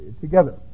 together